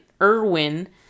Irwin